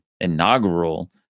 Inaugural